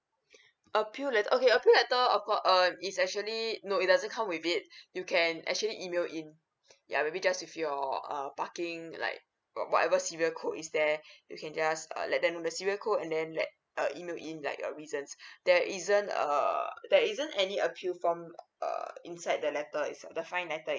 appeal letter okay appeal letter of course uh is actually no it doesn't come with it you can actually email in yeah maybe just with your uh parking like or whatever serial code is there you can just uh let them know the serial code and then let uh email in like a reasons there isn't a there isn't any appeal from err inside the letter itself the fine letter